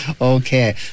Okay